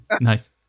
Nice